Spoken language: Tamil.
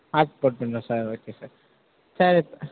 ஹார்ட் போட்டுருணுமா சார் ஓகே சார் சரி சா